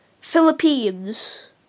Philippines